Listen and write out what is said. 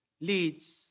leads